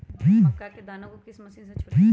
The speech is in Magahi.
मक्का के दानो को किस मशीन से छुड़ाए?